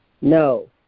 No